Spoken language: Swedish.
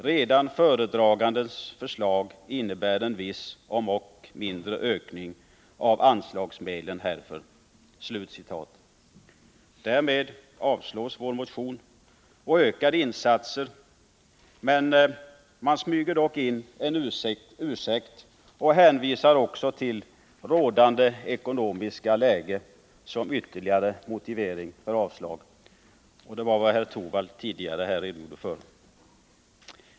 Redan föredragandens förslag innebär emellertid en viss, om ock mindre, ökning av anslagsmedlen härför.” Därmed avstyrks vår motion om ökade insatser. Man smyger dock in en ursäkt och hänvisar även till rådande ekonomiska läge som ytterligare motivering för avslagsyrkandet. Det var vad herr Torwald här tidigare redogjorde för.